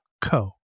co